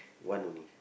one only